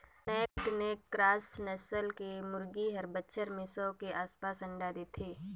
naked neck cross नसल के मुरगी हर बच्छर में सौ के आसपास अंडा देथे